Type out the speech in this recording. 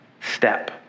step